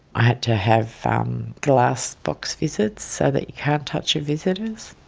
i had to have glass box visits so that you can't touch your visitors.